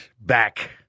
back